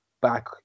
back